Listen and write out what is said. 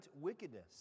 wickedness